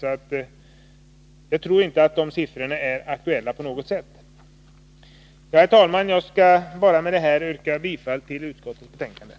Jag tror inte att de därvidlag anförda siffrorna är aktuella på något sätt. Herr talman! Jag skall med detta be att få yrka bifall till vad utskotten hemställt.